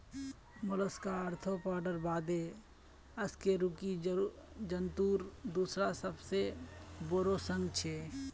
Mollusca आर्थ्रोपोडार बादे अकशेरुकी जंतुर दूसरा सबसे बोरो संघ छे